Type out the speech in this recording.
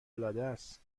العادست